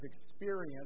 experience